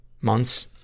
months